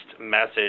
message